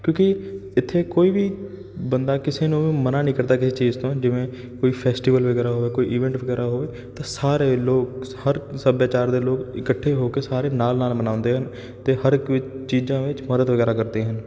ਕਿਉਂਕਿ ਇੱਥੇ ਕੋਈ ਵੀ ਬੰਦਾ ਕਿਸੇ ਨੂੰ ਮਨਾ ਨਹੀਂ ਕਰਦਾ ਕਿਸੇ ਚੀਜ਼ ਤੋਂ ਜਿਵੇਂ ਕੋਈ ਫੈਸਟੀਵਲ ਵਗੈਰਾ ਹੋਵੇ ਕੋਈ ਇਵੈਂਟ ਵਗੈਰਾ ਹੋਵੇ ਤਾਂ ਸਾਰੇ ਲੋਕ ਹਰ ਸੱਭਿਆਚਾਰ ਦੇ ਲੋਕ ਇਕੱਠੇ ਹੋ ਕੇ ਸਾਰੇ ਨਾਲ ਨਾਲ ਮਨਾਉਂਦੇ ਹਨ ਅਤੇ ਹਰ ਇੱਕ ਵਿ ਚੀਜ਼ਾਂ ਵਿੱਚ ਮਦਦ ਵਗੈਰਾ ਕਰਦੇ ਹਨ